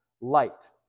light